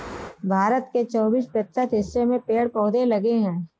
भारत के चौबिस प्रतिशत हिस्से में पेड़ पौधे लगे हैं